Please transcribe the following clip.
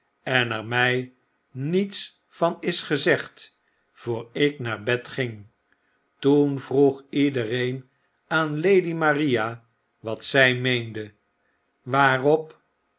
en er my niets van is gezegd voor ik naar bed ging toen vroeg iedereen aan lady maria wat zy meende waarop